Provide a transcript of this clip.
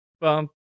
Bump